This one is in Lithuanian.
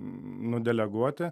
nu deleguoti